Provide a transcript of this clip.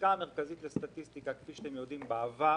בעבר